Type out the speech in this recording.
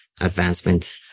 advancement